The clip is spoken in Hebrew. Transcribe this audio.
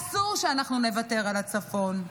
אסור שאנחנו נוותר על הצפון.